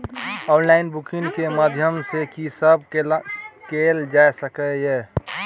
Online banking के माध्यम सं की सब कैल जा सके ये?